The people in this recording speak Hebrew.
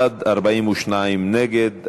בעד, 42 נגד.